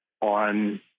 on